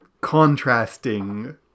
contrasting